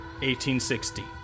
1860